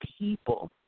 people